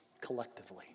collectively